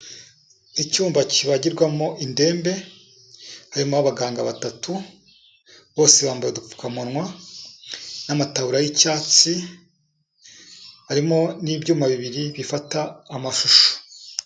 Icyumba kibagirwamo indembe, harimo abaganga batatu, bose bambaye udupfukamunwa n'amataburiya y'icyatsi, harimo n'ibyuma bibiri bifata amashusho.